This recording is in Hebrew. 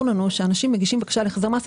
לנו שכאשר אנשים מגישים בקשה להחזר מס,